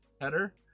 header